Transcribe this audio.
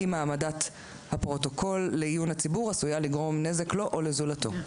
אם העמדת הפרוטוקול לעיון הציבור עשויה לגרום נזק לו או לזולתו.